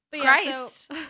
Christ